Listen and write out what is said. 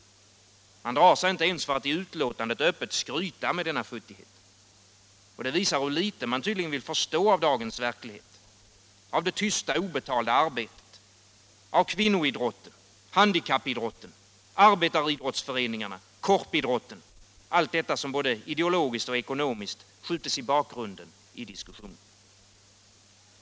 Utskottet drar sig inte ens för att i utlåtandet öppet skryta med sin egen futtighet. Det visar hur litet man tydligen vill förstå av dagens verklighet, av det tysta obetalda arbetet, av kvinnoidrotten, handikappidrotten, arbetaridrottsföreningarna, korpidrotten —- allt detta som både ideologiskt och ekonomiskt skjuts i bakgrunden i diskussionen.